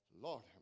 Lord